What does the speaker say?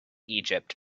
egypt